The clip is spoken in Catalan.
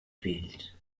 fills